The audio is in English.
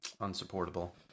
unsupportable